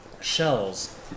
shells